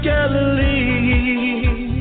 Galilee